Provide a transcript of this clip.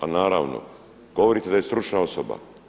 A naravno, govorite da je stručna osoba.